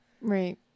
Right